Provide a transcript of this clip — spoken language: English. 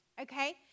Okay